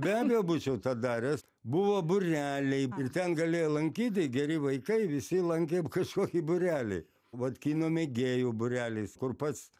beabejo būčiau tą daręs buvo bureliai ir ten galėjai lankyti geri vaikai visi lankė p kažkokį būrelį vat kino mėgėjų būrelis kur pats